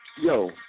Yo